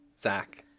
Zach